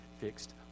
fixed